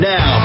Now